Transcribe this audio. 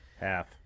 Half